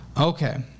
Okay